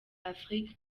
afrique